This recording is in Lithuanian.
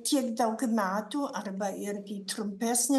kiek daug metų arba irgi trumpesnį